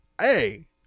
Hey